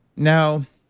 now,